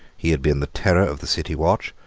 he had been the terror of the city watch,